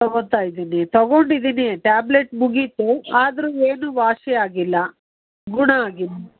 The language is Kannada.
ತೊಗೋತ ಇದ್ದೀನಿ ತೊಗೊಂಡಿದ್ದೀನಿ ಟ್ಯಾಬ್ಲೆಟ್ ಮುಗೀತು ಆದರೂ ಏನೂ ವಾಸಿ ಆಗಿಲ್ಲ ಗುಣ ಆಗಿಲ್ಲ